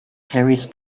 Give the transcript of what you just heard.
carries